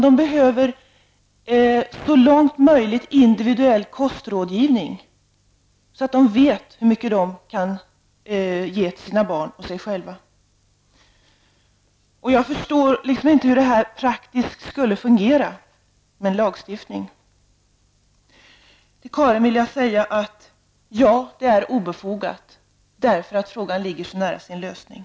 De behöver, så långt möjligt, individuell kostrådgivning, så att de vet hur mycket de kan ge till sina barn och sig själva. Jag förstår liksom inte hur en lagstiftning skulle fungera praktiskt. Till Karin Starrin vill jag säga: Ja, det är obefogat, därför att frågan är så nära sin lösning.